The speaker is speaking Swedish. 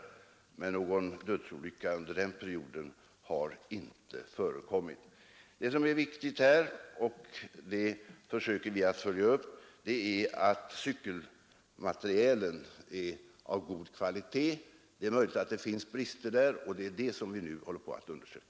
Någon dödsolycka har inte förekommit under den perioden. Det som är viktigt är att cykelmaterielen är av god kvalitet. Det är möjligt att det finns brister därvidlag, och det är det som vi nu håller på att undersöka.